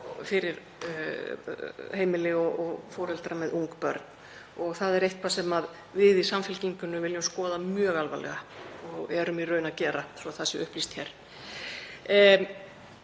fyrir heimili og foreldra með ung börn. Það er eitthvað sem við í Samfylkingunni viljum skoða mjög alvarlega og erum í raun að gera svo að það sé upplýst hér.